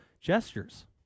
gestures